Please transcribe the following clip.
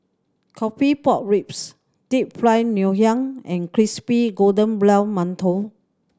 coffee pork ribs Deep Fried Ngoh Hiang and crispy golden brown mantou